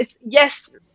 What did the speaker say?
Yes